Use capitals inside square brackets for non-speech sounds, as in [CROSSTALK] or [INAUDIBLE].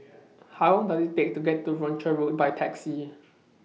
[NOISE] How Long Does IT Take to get to Rochor Road By Taxi